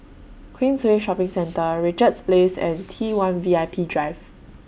Queensway Shopping Centre Richards Place and T one V I P Drive